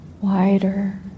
wider